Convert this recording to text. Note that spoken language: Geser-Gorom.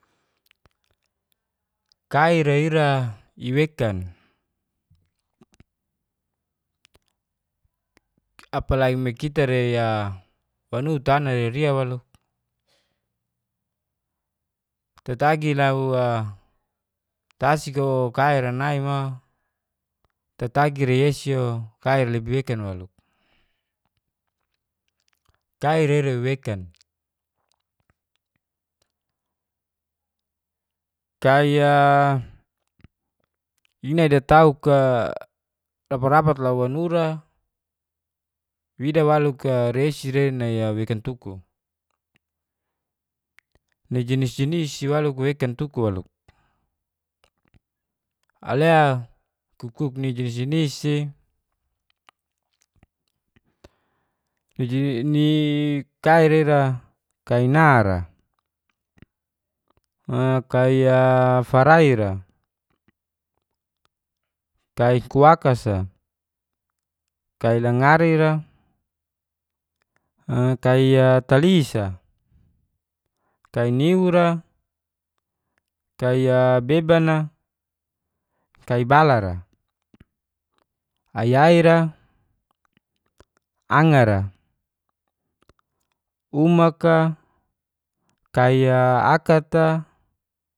Kaira ra ira i wekan, apalai me kita rei a wanu tana re ria a waluk tatagi lau a tasik a kai ra nai mo, ta tagi rei esi o kai ra lebi wekan a waluk. kaira ira wekan kai a ine datauk a rapat rapat lau wanura wida waluk rei esi re nai a wekan tuku. ni jenis jenis si waluk wekan tuku waluk. alea ku kuk ni jenis jenis si. ni kaira ra ira kai nar ra, a kai a farai ra, kai kuwakas a, kai langari ra, kai a talis a, kai niu ra, kai a beban a, kai bala ra, ayai ra, angar ra, umak a, kai a akat a,